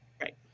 Right